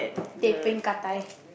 teh peng gah dai